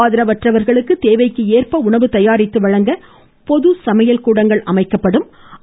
ஆதரவற்றவர்களுக்கு தேவைக்கு ஏற்ப உணவு தயாரித்து வழங்க பொது சமையல் கூடங்கள் அமைக்கப்படும் என்றார்